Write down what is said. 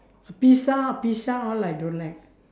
pizza pizza all I don't like